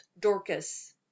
dorcas